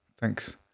Thanks